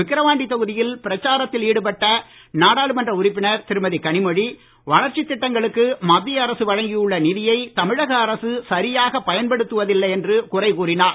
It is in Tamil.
விக்கவாண்டி தொகுதியில் பிரச்சாரத்தில் ஈடுபட்ட நாடாளுமன்ற உறுப்பினர் திருமதி கனிமொழி வளர்ச்சித் திட்டங்களுக்கு மத்திய அரசு வழங்கியுள்ள நிதியை தமிழக அரசு சரியாகப் பயன்படுத்தவில்லை என்று குறை கூறினார்